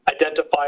identify